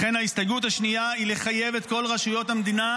לכן ההסתייגות השנייה היא לחייב את כל רשויות המדינה